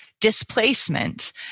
displacement